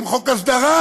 עם חוק הסדרה,